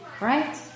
Right